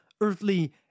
earthly